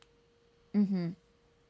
mm hmm